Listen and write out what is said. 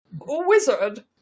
wizard